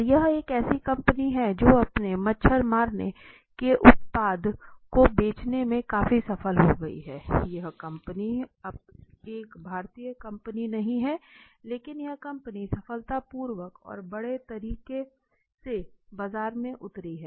और यह एक ऐसी कंपनी है जो अपने मच्छर मारने के उत्पाद को बेचने में काफी सफल हो गई है यह कंपनी एक भारतीय कंपनी नहीं है लेकिन यह कंपनी सफलतापूर्वक और बड़े तरीके से बाजार में उतरी है